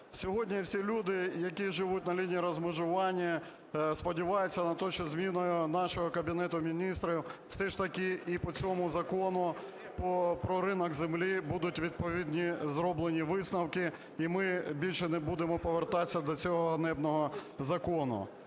Сьогодні всі люди, які живуть на лінії розмежування, сподіваються на те, що зі зміною нашого Кабінету Міністрів все ж таки і по цьому Закону про ринок землі будуть відповідні зроблені висновки і ми більше не будемо повертатися до цього ганебного закону.